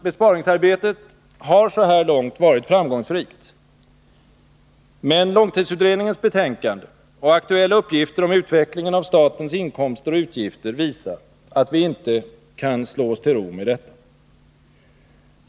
Besparingsarbetet har så här långt varit framgångsrikt. Men långtidsutredningens betänkande och aktuella uppgifter om utveckligen av statens inkomster och utgifter visar att vi inte kan slå oss till ro med detta.